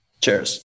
Cheers